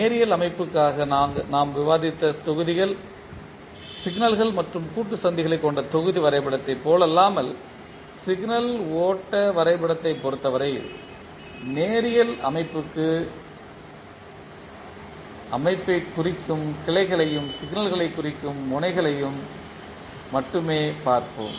நேரியல் அமைப்புக்காக நாங்கள் விவாதித்த தொகுதிகள் சிக்னல்கள் மற்றும் கூட்டு சந்திகளை கொண்ட தொகுதி வரைபடத்தைப் போலல்லாமல் சிக்னல் ஓட்ட வரைபடத்தைப் பொறுத்தவரையில் நேரியல் அமைப்புக்கு அமைப்பைக் குறிக்கும் கிளைகளையும் சிக்னல்களைக் குறிக்கும் முனைகளையும் மட்டுமே பார்ப்போம்